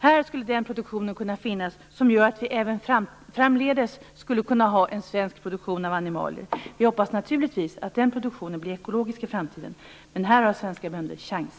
Här skulle den produktion kunna finnas som gör att det även framdeles skall kunna finnas en svensk produktion av animalier. Vi hoppas naturligtvis att den produktionen blir ekologisk i framtiden. Men här har svenska bönder en chans.